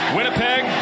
Winnipeg